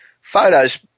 Photos